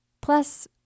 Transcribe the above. Plus